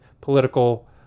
political